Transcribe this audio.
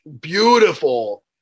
beautiful